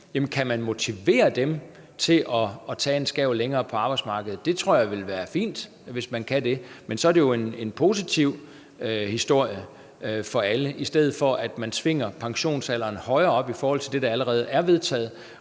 kan, motiveret til at tage en tørn til på arbejdsmarkedet. Det tror jeg vil være fint, hvis man kan det. Men så er det jo en positiv historie for alle, i stedet for at man tvinger pensionsalderen højere op i forhold til det, der allerede er vedtaget,